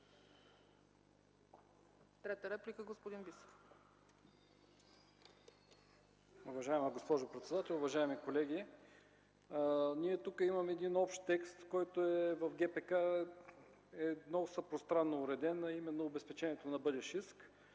Трета реплика – господин Бисеров.